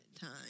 time